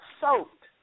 soaked